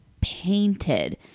painted